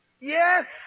Yes